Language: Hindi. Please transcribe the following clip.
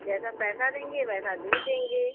जैसा पैसा देंगे वैसा दूध देंगे